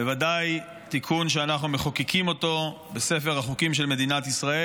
בוודאי תיקון שאנחנו מחוקקים בספר החוקים של מדינת ישראל.